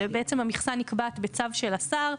בעצם המכסה נקבעת בצו של השר.